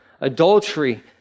adultery